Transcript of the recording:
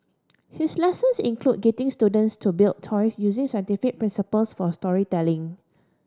his lessons include getting students to build toys using scientific principles for storytelling